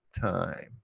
time